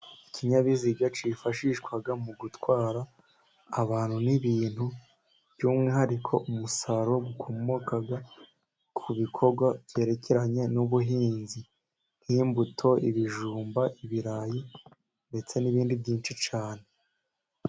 Ikinyabiziga cyifashishwa mu gutwara abantu n'ibintu, by'umwihariko umusaruro Ukomoka ku bikorwa byerekeranye n'ubuhinzi nk'imbuto, ibijumba, ibirayi ndetse n'ibindi byinshi cyane.